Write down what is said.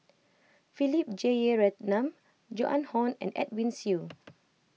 Philip Jeyaretnam Joan Hon and Edwin Siew